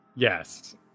Yes